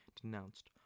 denounced